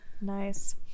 Nice